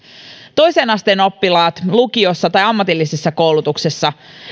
toisen asteen oppilaat lukiossa tai ammatillisessa koulutuksessa